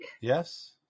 Yes